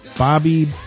Bobby